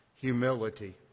humility